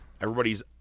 Everybody's